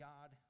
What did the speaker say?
God